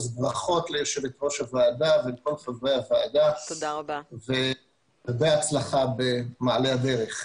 אז ברכות ליושבת-ראש הוועדה ולכל חברי הוועדה ובהצלחה במעלה הדרך.